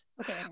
okay